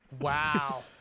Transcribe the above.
Wow